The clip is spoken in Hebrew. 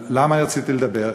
למה רציתי לדבר?